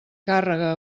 càrrega